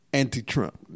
anti-Trump